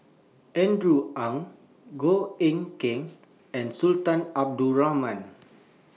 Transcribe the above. Andrew Ang Goh Eck Kheng and Sultan Abdul Rahman